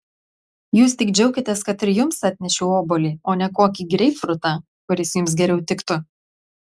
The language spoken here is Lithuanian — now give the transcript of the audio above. jūs tik džiaukitės kad ir jums atnešiau obuolį o ne kokį greipfrutą kuris jums geriau tiktų